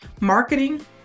marketing